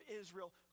Israel